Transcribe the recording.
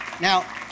Now